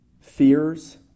fears